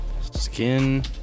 Skin